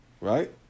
right